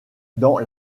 dans